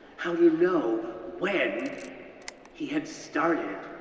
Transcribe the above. how to know when he had started.